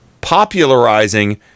popularizing